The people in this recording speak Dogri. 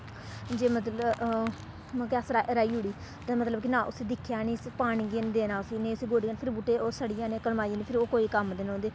जे मतलब मतलब कि असें रहाी ओड़ी ते मतलब कि ना उस्सी दिक्खेआ निं उस्सी पानी गै निं देना उस्सी नेंई उस्सी गोड्डी देनी फिर बूह्टे ओह् सड़ी जाने कलमाई जाने फिर ओह् कोई कम्म दे निं रौंह्दे